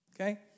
Okay